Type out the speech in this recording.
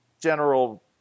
general